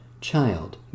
Child